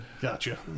Gotcha